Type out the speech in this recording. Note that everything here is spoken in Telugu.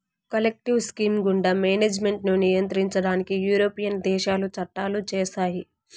కలెక్టివ్ స్కీమ్ గుండా మేనేజ్మెంట్ ను నియంత్రించడానికి యూరోపియన్ దేశాలు చట్టాలు చేశాయి